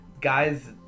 Guys